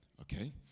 okay